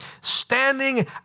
standing